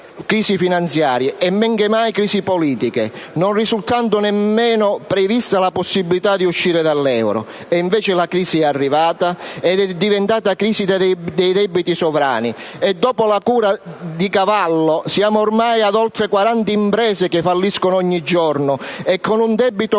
crisi finanziarie e men che mai crisi politiche, non risultando nemmeno prevista la possibilità di uscita dall'euro. Invece la crisi è arrivata ed è diventata crisi dei debiti sovrani e, dopo la cura da cavallo, siamo ormai ad oltre 40 imprese che falliscono ogni giorno, con un debito pubblico